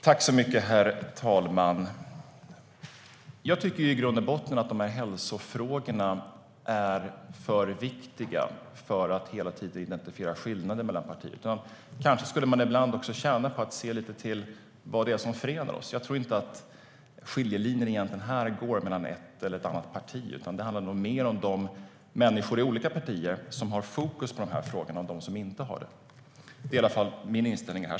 Herr talman! Jag tycker i grund och botten att dessa hälsofrågor är för viktiga för att man hela tiden ska identifiera skillnader mellan partierna. Kanske skulle man ibland tjäna på att se lite grann till vad det är som förenar oss. Jag tror inte att skiljelinjen här egentligen går mellan ett eller annat parti utan att det nog mer handlar om de människor i olika partier som har fokus på dessa frågor och de som inte har det. Det är i alla fall min inställning här.